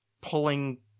pulling